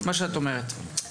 מה שאת אמרת הוא חלק מדוח גמזו.